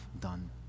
done